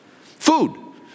food